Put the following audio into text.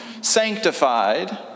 sanctified